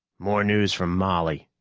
more news from molly.